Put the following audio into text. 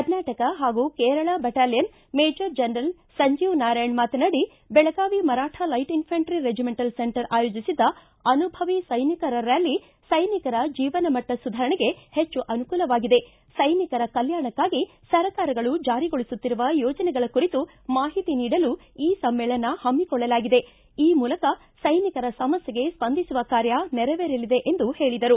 ಕರ್ನಾಟಕ ಹಾಗೂ Kerala battalion major general Sanjeev Narayan ಮಾತನಾಡಿ Belagavi Maratha light infantry regimental centre ಆಯೋಜಿಸಿದ್ದ ಅನುಭವಿ ಸೈನಿಕರ ರ್ನಾಲಿ ಸೈನಿಕರ ಜೀವನಮಟ್ಟ ಸುಧಾರಣೆಗೆ ಹೆಚ್ಚು ಅನುಕೂಲವಾಗಿದೆ ಸ್ಯೆನಿಕರ ಕಲ್ಲಾಣಕಾಗಿ ಸರ್ಕಾರಗಳು ಯೋಜನೆಗಳ ಕುರಿತು ಮಾಹಿತಿ ನೀಡಲು ಈ ಸಮ್ನೇಳನ ಹಮ್ನಿಕೊಳ್ಳಲಾಗಿದೆ ಈ ಮೂಲಕ ಸೈನಿಕರ ಸಮಸ್ನೆಗೆ ಸ್ಪಂದಿಸುವ ಕಾರ್ಯ ನೆರವೇರಲಿದೆ ಎಂದು ಹೇಳಿದರು